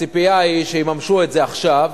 הציפייה היא שיממשו את זה עכשיו,